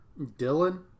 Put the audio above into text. Dylan